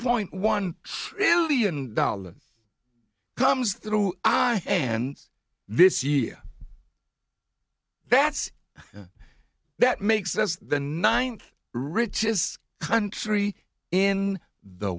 point one million dollars comes through i and this year that's that makes us the ninth richest country in the